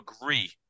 agree